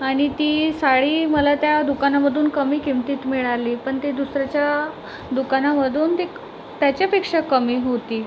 आणि ती साडी मला त्या दुकानामधून कमी किमतीत मिळाली पण ते दुसऱ्याच्या दुकानामधून ती त्याच्यापेक्षा कमी होती